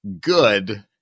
good